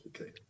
Okay